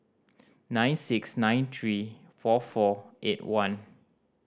nine six nine three four four eight one